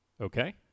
Okay